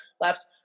left